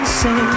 say